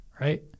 right